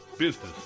Business